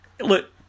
look